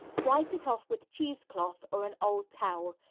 wipe it off with cheesecloth or an old towel,